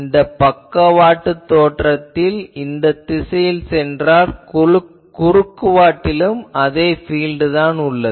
இந்த பக்கவாட்டுத் தோற்றத்தில் இந்த திசையில் சென்றால் குறுக்கு வாட்டிலும் அதே பீல்ட்தான் உள்ளது